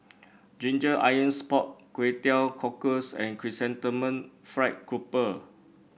Ginger Onions Pork Kway Teow Cockles and Chrysanthemum Fried Grouper